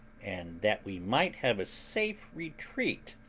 and that we might have a safe retreat,